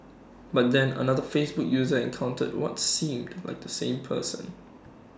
but then another Facebook user encountered what seemed like the same person